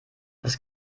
das